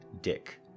Dick